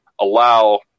allow